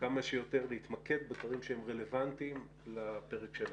כמה שיותר להתמקד בדברים שהם רלוונטיים לפרק שלנו.